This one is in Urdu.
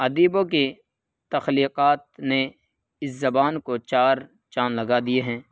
ادیبوں کے تخلیقات نے اس زبان کو چار چاند لگا دیے ہیں